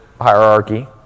hierarchy